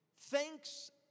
thinks